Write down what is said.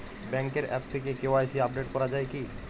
ব্যাঙ্কের আ্যপ থেকে KYC update করা যায় কি?